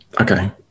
okay